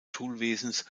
schulwesens